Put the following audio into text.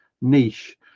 niche